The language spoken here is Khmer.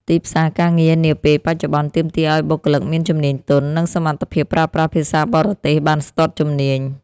ទីផ្សារការងារនាពេលបច្ចុប្បន្នទាមទារឱ្យបុគ្គលិកមានជំនាញទន់ និងសមត្ថភាពប្រើប្រាស់ភាសាបរទេសបានស្ទាត់ជំនាញ។